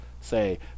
Say